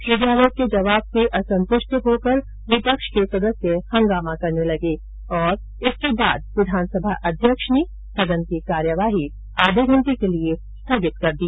श्री गहलोत के जवाब से असंतुष्ट होकर विपक्ष के सदस्य हंगामा करने लगे और इसके बाद विधानसभा अध्यक्ष ने सदन की कार्यवाही आधे घंटे के लिये स्थगित कर दी